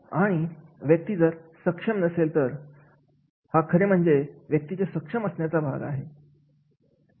आणि व्यक्तीचे सक्षम नसेल तर हा खरे म्हणजे व्यक्तीच्या सक्षम असण्याचा भाग आहे